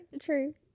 True